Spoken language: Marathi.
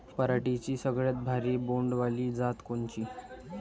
पराटीची सगळ्यात भारी बोंड वाली जात कोनची?